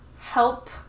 Help